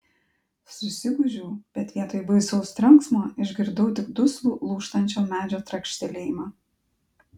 susigūžiau bet vietoj baisaus trenksmo išgirdau tik duslų lūžtančio medžio trakštelėjimą